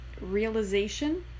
realization